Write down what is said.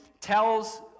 tells